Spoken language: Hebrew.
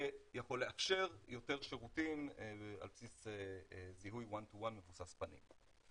יכול לאפשר יותר שירותים על בסיס זיהוי one to one מבוסס פנים.